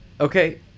Okay